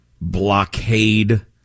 blockade